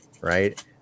right